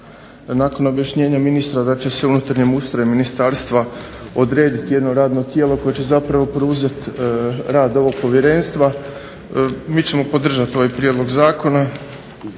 Nakon objašnjenja ministra da će se u unutarnjem ustroju ministarstva odrediti jedno radno tijelo koje će zapravo preuzeti rad ovog Povjerenstva. Mi ćemo podržati ovaj prijedlog zakona,